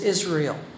Israel